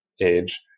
age